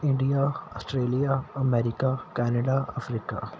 India Australia America Canada Africa